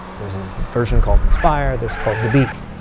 there's a version called inspire. there's called dabiq.